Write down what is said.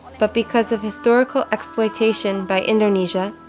but because of historical exploitation by indonesia,